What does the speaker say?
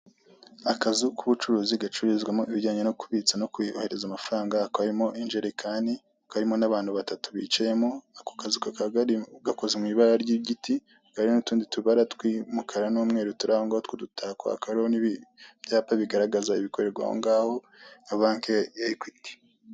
Akazu k'ubucuruzi gacururizwamo ibijyanye no kubitsa no kohereza amafaranga, hakaba harimo injerekani ,hakaba harimo abantu batatu bicayemo, aho kazu gakoze mw'ibara ry'igiti hariho n'utundi tubara tw'umukara n'umweru turaho ngaho tw'udutako. Hakaba hari n'ibyapa bigaragaza ibikorerwa aho ngaho na banki ekwiti(equity bank).